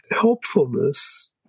helpfulness